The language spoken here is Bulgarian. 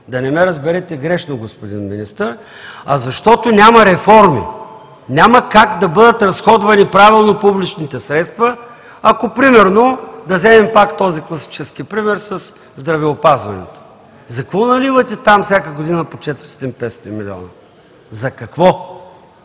да не ме разберете грешно, господин Министър, а защото няма реформи. Няма как да бъдат разходвани правилно публичните средства, ако примерно – да вземем пак този класически пример със здравеопазването, за какво наливате там всяка година по 400 – 500 млн. лв.? За какво?!